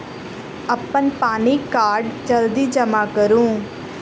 अप्पन पानि कार्ड जल्दी जमा करू?